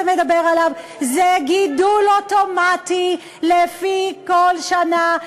מדבר עליו הוא גידול אוטומטי לפי כל שנה,